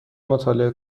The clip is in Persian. مطالعه